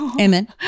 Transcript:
Amen